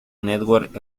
network